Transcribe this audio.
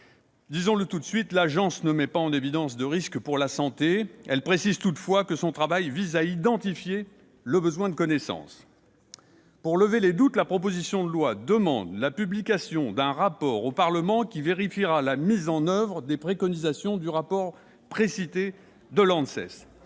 Disons-le tout de suite, l'Agence ne met pas en évidence de risques pour la santé. Elle précise toutefois que son travail « vise à identifier les besoins de connaissance ». Pour lever les doutes, la proposition de loi demande la publication d'un rapport au Parlement qui vérifiera la mise en oeuvre des préconisations du rapport précité de l'ANSES-